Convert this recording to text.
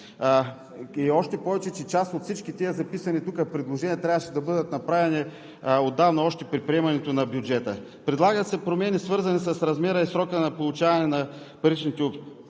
Още повече, че част от всички тези записани тук предложения, трябваше да бъдат направени отдавна още при приемането на бюджета. Предлагат се промени, свързани с размера и срока на получаване на паричните